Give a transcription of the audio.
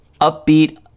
upbeat